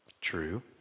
True